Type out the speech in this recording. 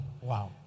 Wow